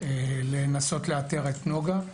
לנסות לאתר את נוגה,